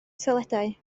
toiledau